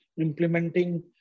implementing